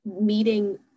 meeting